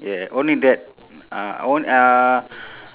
yeah only that uh and one uh